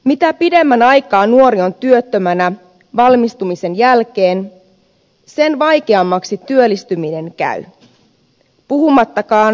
mitä pidemmän aikaa nuori on työttömänä valmistumisen jälkeen sen vaikeammaksi työllistyminen käy puhumattakaan syrjäytymisriskin kasvusta